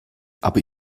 aber